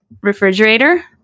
refrigerator